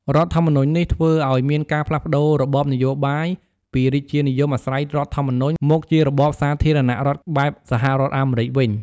រដ្ឋធម្មនុញ្ញនេះ ធ្វើឲ្យមានការផ្លាស់ប្តូររបបនយោបាយពីរាជានិយមអាស្រ័យរដ្ឋធម្មនុញ្ញ មកជារបបសាធារណរដ្ឋ បែបសហរដ្ឋអាមេរិកវិញ។